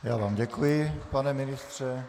Já vám děkuji, pane ministře.